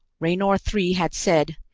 raynor three had said,